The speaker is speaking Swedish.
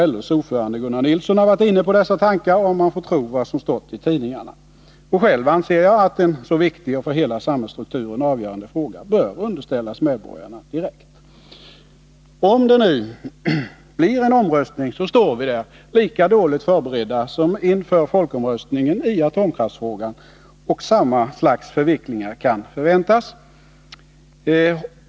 LO:s ordförande, Gunnar Nilsson, har varit inne på dessa tankar, om man får tro vad som stått i tidningarna. Själv anser jag att en så viktig och för hela samhällsstrukturen avgörande fråga bör underställas medborgarna direkt. Om det nu blir en omröstning, så står vi där lika dåligt förberedda som inför folkomröstningen i atomkraftsfrågan, och samma slags förvecklingar kan förväntas.